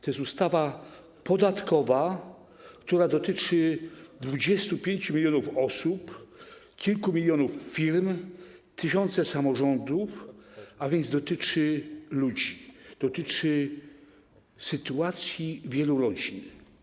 To jest ustawa podatkowa, która dotyczy 25 mln osób, kilku milionów firm, tysięcy samorządów, a więc dotyczy ludzi, dotyczy sytuacji wielu rodzin.